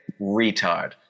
retard